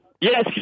Yes